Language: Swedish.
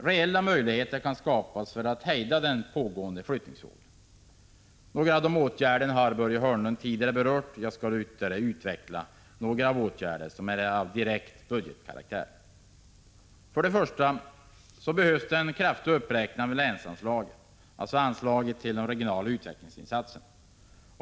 Reella möjligheter kan skapas för att hejda den pågående flyttningsvågen. Några av åtgärderna har Börje Hörnlund tidigare berört. Jag skall nämna ytterligare några åtgärder som är av direkt budgetkaraktär. För det första behövs en kraftig uppräkning av länsanslaget, alltså anslaget till regionala utvecklingsinsatser.